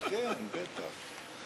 כן, בטח.